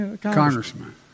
Congressman